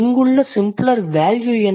இங்குள்ள simpler value என்ன